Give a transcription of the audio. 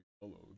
hello